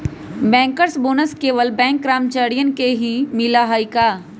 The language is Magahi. बैंकर्स बोनस केवल बैंक कर्मचारियन के ही मिला हई का?